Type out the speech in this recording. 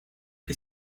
que